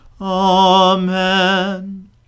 Amen